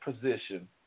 position